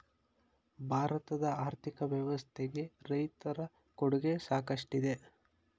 ಭಾರತದ ಆರ್ಥಿಕ ವ್ಯವಸ್ಥೆಗೆ ರೈತರ ಕೊಡುಗೆ ಸಾಕಷ್ಟಿದೆ